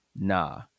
Nah